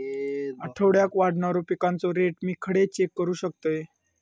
आठवड्याक वाढणारो पिकांचो रेट मी खडे चेक करू शकतय?